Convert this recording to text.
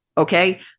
Okay